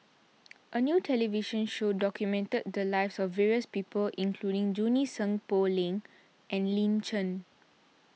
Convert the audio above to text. a new television show documented the lives of various people including Junie Sng Poh Leng and Lin Chen